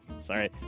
Sorry